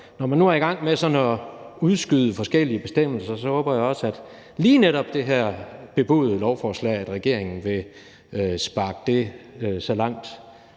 når man nu er i gang med at udskyde forskellige bestemmelser, håber jeg også, at lige netop det her bebudede lovforslag vil regeringen sparke så langt